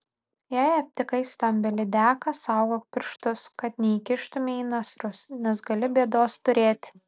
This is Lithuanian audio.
jei aptikai stambią lydeką saugok pirštus kad neįkištumei į nasrus nes gali bėdos turėti